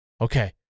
okay